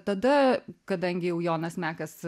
tada kadangi jau jonas mekas